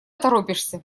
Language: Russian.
торопишься